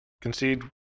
concede